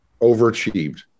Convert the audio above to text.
overachieved